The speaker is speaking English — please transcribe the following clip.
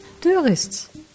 Tourists